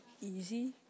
Easy